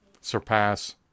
Surpass